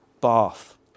bath